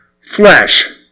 Flesh